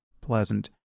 pleasant